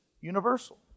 universal